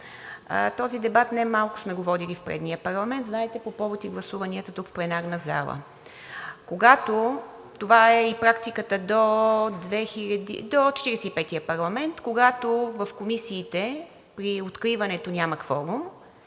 Този дебат немалко сме го водили в предния парламент – знаете, по повод и на гласуванията тук в пленарната зала. Когато – това е и практиката до Четиридесет и петия парламент, в комисията при откриването няма кворум,